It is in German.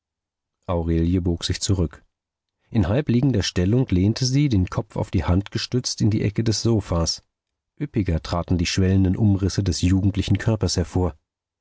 aurelie bog sich zurück in halb liegender stellung lehnte sie den kopf auf die hand gestützt in die ecke des sofas üppiger traten die schwellenden umrisse des jugendlichen körpers hervor